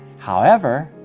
however,